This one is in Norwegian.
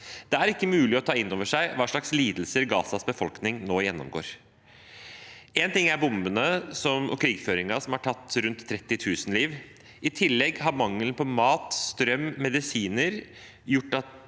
Det er ikke mulig å ta inn over seg hva slags lidelser Gazas befolkning nå gjennomgår. Én ting er bombene og krigføringen, som har tatt rundt 30 000 liv. I tillegg har mangelen på mat, strøm og medisiner ført